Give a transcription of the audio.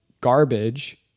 garbage